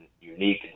unique